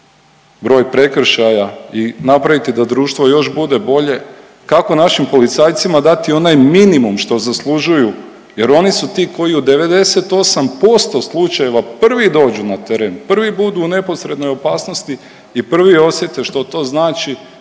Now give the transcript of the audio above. broj prekršaja i napraviti da društvo još bude bolje, kako našim policajcima dati onaj minimum što zaslužuju jer oni su ti koji u 98% slučajeva prvi dođu na teren, prvi budu u neposrednoj opasnosti i prvi osjete što to znači,